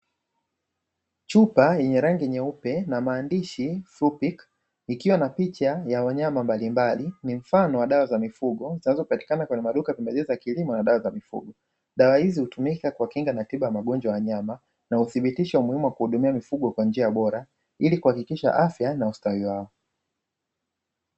Chupa yenye rangi nyeupe na maandishi "flipic" ikiwa na picha ya wanyama mbalimbali, ni mfano wa dawa za mifugo zinazopatikana kwenye maduka ya pembejeo za kilimo na dawa za mifugo. Dawa hizi hutumika kwa kinga na tiba ya magonjwa ya wanyama na uthibitisho wa umuhimu wa kuhudumia mifugo kwa njia bora, ili kuhakikisha afya na ustawi wao.